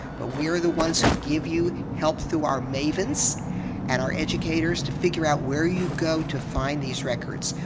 but we are the ones who give you help through our mavens and our educators to figure out where you go to find these records.